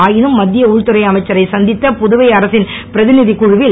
ஆயினும் மத்திய உள்துறை அமைச்சரை சந்தித்த புதுவை அரசின் பிரதிநிதிக் குழுவில்